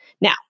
Now